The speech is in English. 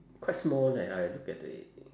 quite small leh I look at the